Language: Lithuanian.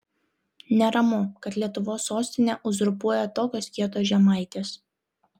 neramu kad lietuvos sostinę uzurpuoja tokios kietos žemaitės